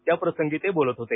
त्या प्रसंगी ते बोलत होते